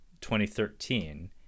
2013